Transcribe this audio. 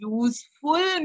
useful